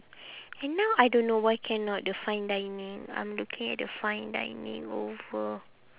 and now I don't know why cannot the fine dining I'm looking at the fine dining over